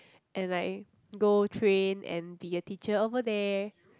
and like go train and be a teacher over there